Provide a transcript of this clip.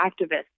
activists